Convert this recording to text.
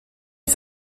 une